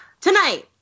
Tonight